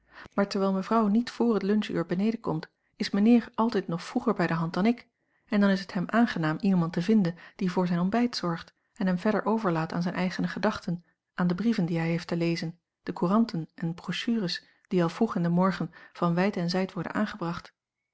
maar terwijl mevrouw niet vr het lunch uur beneden komt is mijnheer altijd nog vroeger bij de hand dan ik en dan is het hem aangenaam iemand te vinden die voor zijn ontbijt zorgt en hem verder overlaat aan zijne eigene gedachten aan de brieven die hij heeft te lezen de couranten en brochures die al vroeg in den morgen van wijd en zijd worden aangebracht